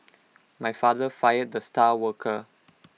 my father fired the star worker